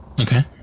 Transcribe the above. Okay